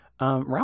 Ralph